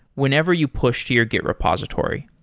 whenever you push to your git repository.